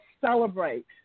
celebrate